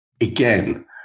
again